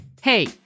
Hey